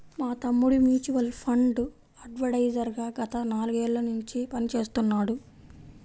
మా తమ్ముడు mutual fund advisor గా గత నాలుగేళ్ళ నుంచి పనిచేస్తున్నాడు